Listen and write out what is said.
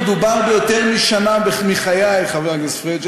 מדובר ביותר משנה מחיי, חבר הכנסת פריג'.